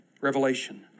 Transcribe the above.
Revelation